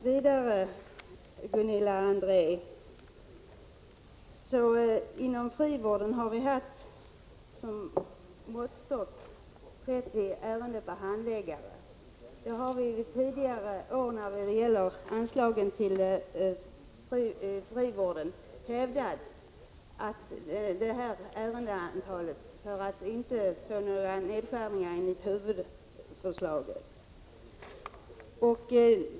Till Gunilla André: Inom frivården har vi haft som måttstock 30 ärenden per handläggare. Det ärendeantalet har vi hävdat tidigare år, när vi diskuterat anslaget till frivården, för att inte få några nedskärningar enligt huvudförslaget.